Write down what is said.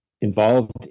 involved